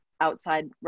outside